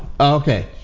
Okay